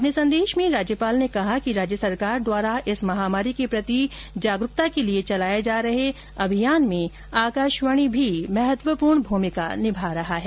अपने संदेश में राज्यपाल ने कहा कि राज्य सरकार द्वारा इस महामारी के प्रति जागरूकता लाने के लिए चलाए जा रहे अभियान में आकाशवाणी भी महत्वपूर्ण भूमिका निभा रहा है